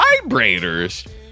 Vibrators